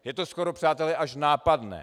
Je to skoro, přátelé, až nápadné.